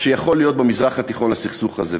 שיכול להיות במזרח התיכון לסכסוך הזה,